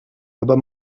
aber